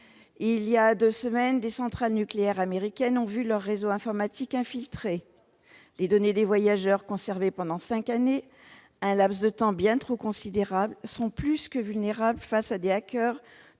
Il y a deux semaines, des centrales nucléaires américaines ont vu leurs réseaux informatiques infiltrés. Les données des voyageurs conservées pendant cinq années, un laps de temps bien trop considérable, sont plus que vulnérables face à des toujours